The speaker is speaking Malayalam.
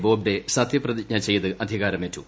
ബോബ്ഡെ സത്യപ്രതിജ്ഞ ചെയ്ത് അധികാരമേറ്റു